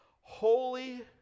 holy